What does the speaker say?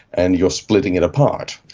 and you are splitting it apart,